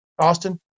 Austin